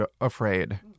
afraid